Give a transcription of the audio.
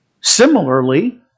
similarly